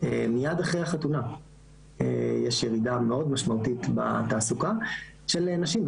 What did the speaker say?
מייד אחרי החתונה יש ירידה מאוד משמעותית בתעסוקה של נשים,